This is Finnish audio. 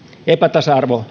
epätasa arvo